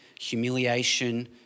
humiliation